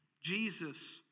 Jesus